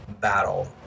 battle